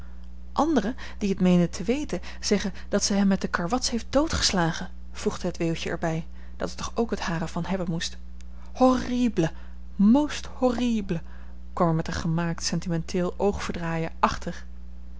anderen die t meenen te weten zeggen dat zij hem met de karwats heeft doodgeslagen voegde het weeuwtje er bij dat er toch ook het hare van hebben moest horrible most horrible kwam er met een gemaakt sentimenteel oogverdraaien achter